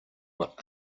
what